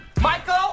Michael